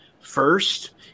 First